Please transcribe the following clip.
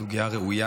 היא סוגיה ראויה,